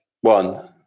One